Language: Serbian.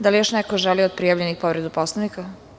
Da li još neko od prijavljenih želi povredu Poslovnika?